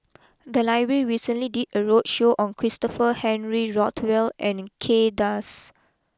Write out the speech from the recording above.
the library recently did a roadshow on Christopher Henry Rothwell and Kay Das